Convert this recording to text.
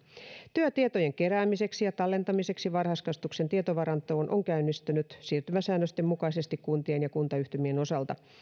työ tietojen keräämiseksi ja tallentamiseksi varhaiskasvatuksen tietovarantoon on käynnistynyt siirtymäsäännösten mukaisesti kuntien ja kuntayhtymien osalta